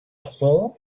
tronc